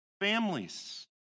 families